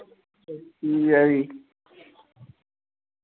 ठीक ऐ भी